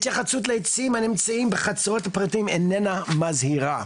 התייחסות לעצים הנמצאים בחצרות איננה מזהירה,